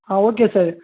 ah okay sir